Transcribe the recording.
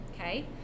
Okay